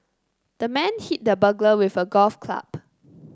the man hit the burglar with a golf club